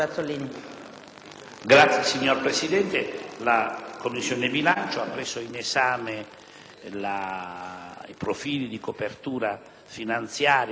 *(PdL)*. Signora Presidente, la Commissione bilancio ha preso in esame i profili di copertura finanziaria connessi